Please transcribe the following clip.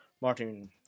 martin